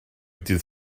dydd